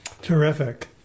Terrific